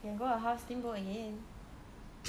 you can go her house steamboat again